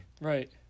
Right